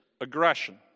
aggression